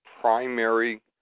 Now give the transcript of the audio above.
primary